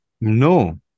No